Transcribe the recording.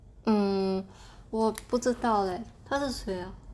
um 我不知道 leh 他是谁 ah